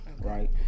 right